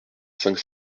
cinq